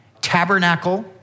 tabernacle